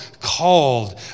called